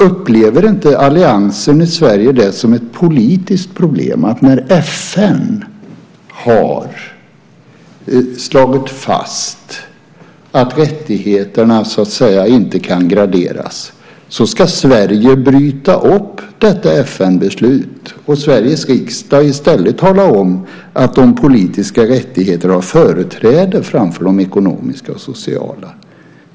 Upplever inte alliansen i Sverige det som ett politiskt problem att när FN har slagit fast att rättigheterna inte kan graderas ska Sverige bryta upp detta FN beslut och Sveriges riksdag i stället tala om att de politiska rättigheterna har företräde framför de ekonomiska och sociala?